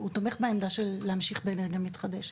והוא תומך בעמדה של להמשיך באנרגיה מתחדשת.